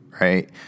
right